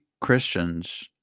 Christians